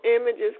images